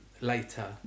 Later